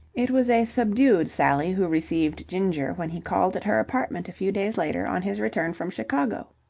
it was a subdued sally who received ginger when he called at her apartment a few days later on his return from chicago.